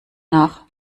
nach